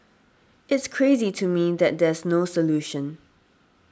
it's crazy to me that there's no solution